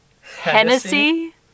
Hennessy